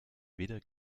weder